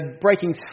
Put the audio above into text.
breaking